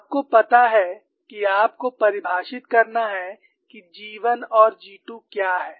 आपको पता है कि आपको परिभाषित करना है कि G1 और G2 क्या है